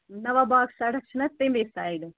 نَواب باغ سایڈَس چھُ نہ تَمی سایڈٕ